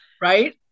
right